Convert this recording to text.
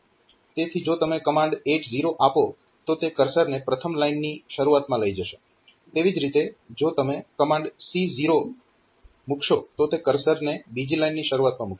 તેથી જો તમે કમાન્ડ 80 આપો તો તે કર્સરને પ્રથમ લાઈનની શરૂઆતમાં લઈ જશે તેવી જ રીતે જો તમે C0 કમાન્ડ મુકશો તો તે કર્સરને બીજી લાઇનની શરૂઆતમાં મુકશે